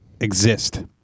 exist